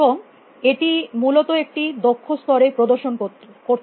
এবং এটি মূলত একটি দক্ষ স্তরে প্রদর্শন করত